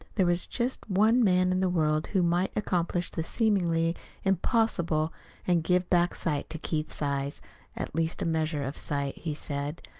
there was just one man in the world who might accomplish the seemingly impossible and give back sight to keith's eyes at least a measure of sight, he said.